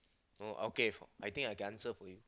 no okay for I think I can answer for you